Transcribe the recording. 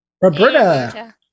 Roberta